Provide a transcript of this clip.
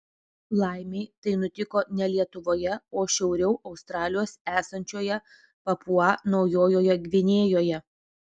laimei tai nutiko ne lietuvoje o šiauriau australijos esančioje papua naujojoje gvinėjoje